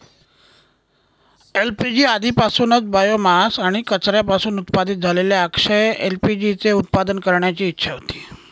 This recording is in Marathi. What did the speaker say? एल.पी.जी आधीपासूनच बायोमास आणि कचऱ्यापासून उत्पादित झालेल्या अक्षय एल.पी.जी चे उत्पादन करण्याची इच्छा होती